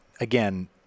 again